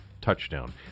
touchdown